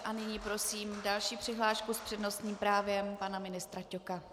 A nyní prosím další přihlášku s přednostním právem pana ministra Ťoka.